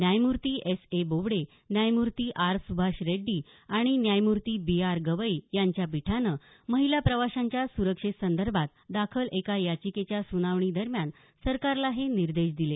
न्यायमूर्ती S A Bobde न्यायमूर्ती R Subhash Reddy आणि न्यायमूर्ती बी आर गवई यांच्या पीठानं महिला प्रवाशांच्या सुरक्षेसंदर्भात दाखल एका याचिकेच्या सुनावणीदरम्यान सरकारला हे निर्देश दिले